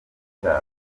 cyabo